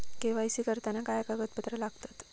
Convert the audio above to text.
KYC करताना काय कागदपत्रा लागतत?